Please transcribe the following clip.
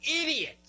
idiot